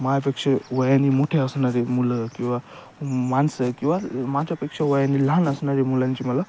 माझ्यापेक्षा वयाने मोठे असणारे मुलं किंवा माणसं किंवा माझ्यापेक्षा वयाने लहान असणारी मुलांची मला